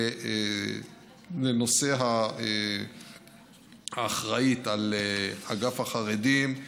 לנושא האחראית לאגף החרדים.